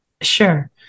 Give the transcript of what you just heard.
Sure